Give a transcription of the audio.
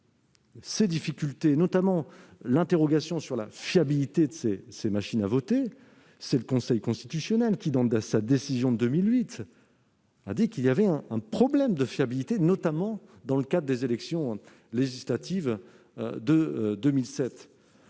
ces difficultés, notamment l'interrogation sur la fiabilité de ces machines. Or c'est le Conseil constitutionnel qui, dans sa décision de 2008, a relevé un problème de fiabilité, notamment lors des élections législatives de 2007.